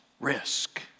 risk